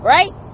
Right